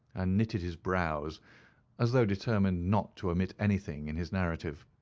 and knitted his brows as though determined not to omit anything in his narrative.